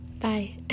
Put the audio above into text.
bye